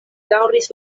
daŭris